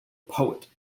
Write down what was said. poet